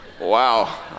wow